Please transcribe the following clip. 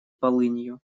полынью